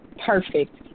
perfect